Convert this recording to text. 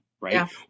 right